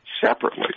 separately